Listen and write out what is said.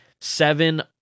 seven